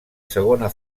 segona